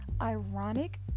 ironic